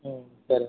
సరే అండి